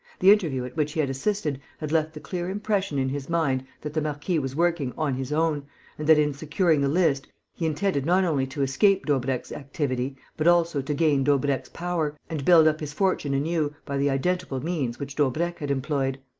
the interview at which he had assisted had left the clear impression in his mind that the marquis was working on his own and that, in securing the list, he intended not only to escape daubrecq's activity, but also to gain daubrecq's power and build up his fortune anew by the identical means which daubrecq had employed.